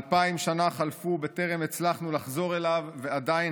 אלפיים שנה חלפו בטרם הצלחנו לחזור אליו ועדיין